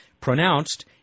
pronounced